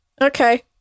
Okay